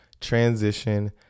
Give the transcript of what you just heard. transition